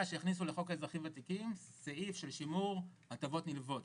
שיכניסו לחוק האזרחים הוותיקים סעיף של שימור הטבות נלוות.